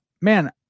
man